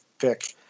pick